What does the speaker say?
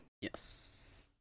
Yes